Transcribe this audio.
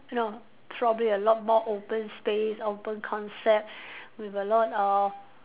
no probably a lot more open space open concept with a lot of